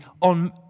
on